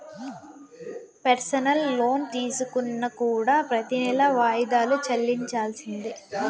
personal loan తీసుకున్నా కూడా ప్రెతి నెలా వాయిదాలు చెల్లించాల్సిందే